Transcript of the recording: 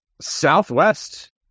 Southwest